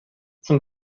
zum